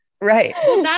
Right